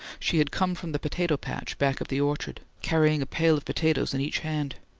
she had come from the potato patch back of the orchard, carrying a pail of potatoes in each hand.